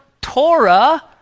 Torah